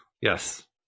Yes